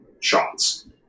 shots